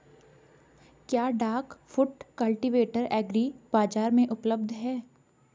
क्या duck foot cultivator agri बाज़ार में उपलब्ध है?